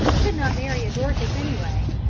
could not marry a dorcas anyway,